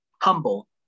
Humble